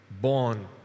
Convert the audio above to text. born